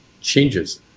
changes